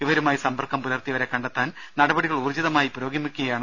ഇവരുമായി സമ്പർക്കം പുലർത്തിയവരെ കണ്ടെത്താനുള്ള നടപടികൾ ഊർജ്ജിതമായി പുരോഗമിക്കുകയാണ്